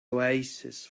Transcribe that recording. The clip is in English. oasis